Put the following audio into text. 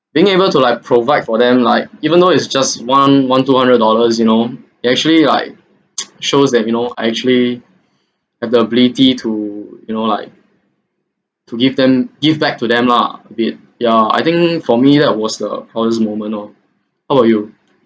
being able to like provide for them like even though is just one one two hundred dollars you know and actually like shows that you know I actually have the ability to you know like to give them give back to them lah a bit ya I think for me that was the proudest moment lor how about you